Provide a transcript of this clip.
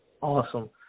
awesome